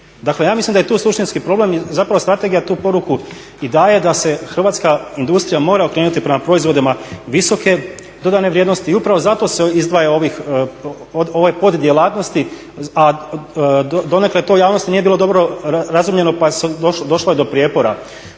Dakle, ja mislim da je tu suštinski problem i zapravo strategija tu poruku i daje da se hrvatska industrija mora okrenuti prema proizvodima visoke dodane vrijednosti i upravo zato se izdvaja ovih, ove poddjelatnosti, a donekle to javnosti nije bilo dobro razumljeno pa došlo je do prijepora.